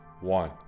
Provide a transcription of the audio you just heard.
one